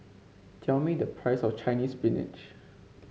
tell me the price of Chinese Spinach